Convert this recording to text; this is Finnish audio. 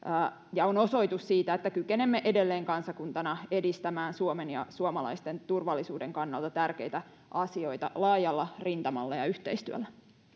ja on osoitus siitä että kykenemme edelleen kansakuntana edistämään suomen ja suomalaisten turvallisuuden kannalta tärkeitä asioita laajalla rintamalla ja yhteistyöllä